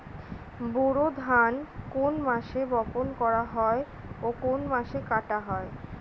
বোরো ধান কোন মাসে বপন করা হয় ও কোন মাসে কাটা হয়?